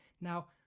Now